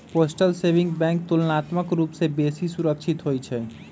postal saving bank तुलनात्मक रूप से बेशी सुरक्षित होइ छइ